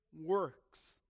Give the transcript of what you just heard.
works